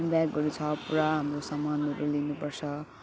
ब्यागहरू छ पुरा हाम्रो सामानहरू लिनुपर्छ